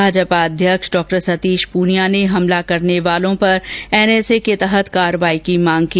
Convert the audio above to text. भाजपा अध्यक्ष डॉ सतीष पुनिया ने हमला करने वालों पर एनएसए के तहत कार्यवाही की मांग की